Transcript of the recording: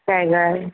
জায়গায়